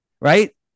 right